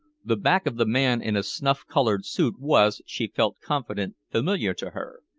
the back of the man in a snuff-colored suit was, she felt confident, familiar to her.